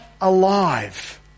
alive